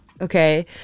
okay